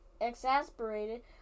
Exasperated